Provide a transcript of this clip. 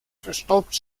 verstopt